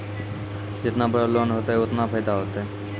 जेतना बड़ो लोन होतए ओतना फैदा होतए